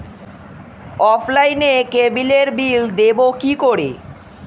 অফলাইনে ক্যাবলের বিল দেবো কি করে?